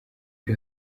uri